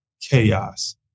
chaos